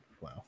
wow